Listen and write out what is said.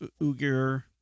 Uyghur